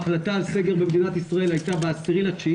ההחלטה על סגר במדינת ישראל הייתה ב-10.9,